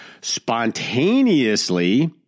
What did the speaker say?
spontaneously